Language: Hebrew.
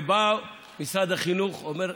ובא משרד החינוך, אומר: